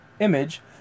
image